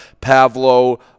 Pavlo